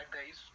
days